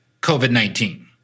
COVID-19